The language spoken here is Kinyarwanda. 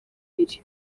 biri